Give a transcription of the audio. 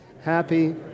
Happy